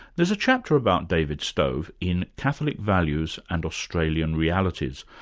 there's a chapter about david stove in catholic values and australian realities,